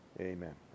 amen